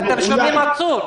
אבל אתם שומעים את העצור.